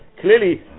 Clearly